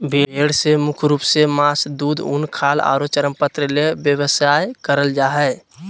भेड़ से मुख्य रूप से मास, दूध, उन, खाल आरो चर्मपत्र ले व्यवसाय करल जा हई